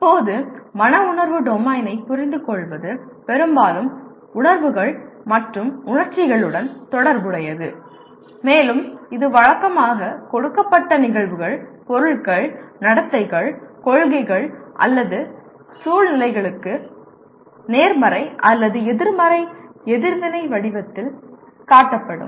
இப்போது மன உணர்வு டொமைனைப் புரிந்துகொள்வது பெரும்பாலும் உணர்வுகள் மற்றும் உணர்ச்சிகளுடன் தொடர்புடையது மேலும் இது வழக்கமாக கொடுக்கப்பட்ட நிகழ்வுகள் பொருள்கள் நடத்தைகள் கொள்கைகள் அல்லது சூழ்நிலைகளுக்கு நேர்மறை அல்லது எதிர்மறை எதிர்வினை வடிவத்தில் காட்டப்படும்